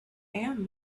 and